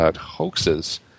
hoaxes